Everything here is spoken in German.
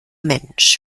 mensch